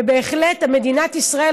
ובהחלט מדינת ישראל,